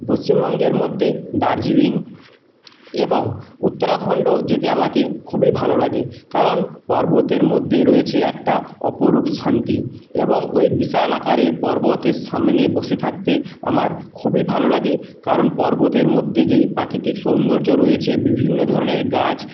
পশ্চিমবঙ্গের মধ্যে দার্জিলিং এবং উত্তরাখণ্ড যেতে আমাকে খুবই ভালো লাগে কারণ পর্বতের মধ্যে রয়েছে একটা অপরূপ শান্তি এবং ওই বিশাল আকারের পর্বতের সামনে বসে থাকতে আমার খুবই ভালো লাগে কারণ পর্বতের মধ্যে যেই প্রাকৃতিক সৌন্দর্য রয়েছে বিভিন্ন ধরনের গাছ